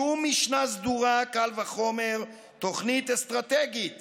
שום משנה סדורה, קל וחומר תוכנית אסטרטגית